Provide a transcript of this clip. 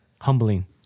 humbling